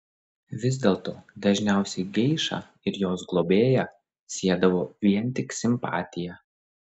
vis dėlto dažniausiai geišą ir jos globėją siedavo vien tik simpatija